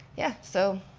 yeah, so,